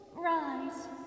Rise